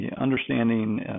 understanding